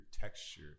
texture